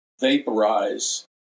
vaporize